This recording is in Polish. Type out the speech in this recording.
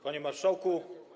Panie Marszałku!